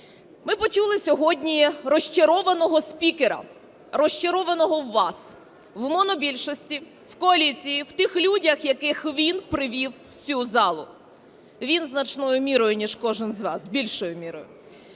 Ми почули сьогодні розчарованого спікера, розчарованого в вас – в монобільшості, в коаліції, в тих людях, яких він привів в цю залу. Він, значною мірою ніж кожен з вас, більшою мірою.